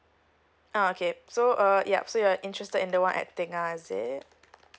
uh okay so uh yup so you're interested in the one at tengah is it